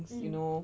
mm